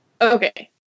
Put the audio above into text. Okay